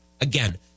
Again